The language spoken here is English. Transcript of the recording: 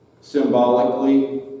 Symbolically